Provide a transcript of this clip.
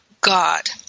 God